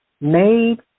made